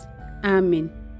Amen